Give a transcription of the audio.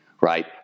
right